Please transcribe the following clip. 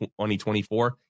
2024